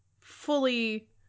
fully